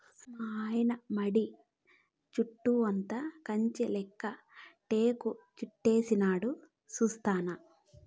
మాయన్న మడి చుట్టూతా కంచెలెక్క టేకుచెట్లేసినాడు సూస్తినా